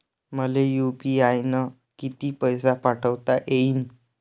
मले यू.पी.आय न किती पैसा पाठवता येईन?